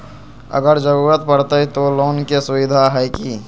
अगर जरूरत परते तो लोन के सुविधा है की?